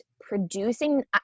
producing